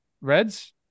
Reds